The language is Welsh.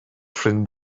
ffrind